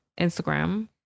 Instagram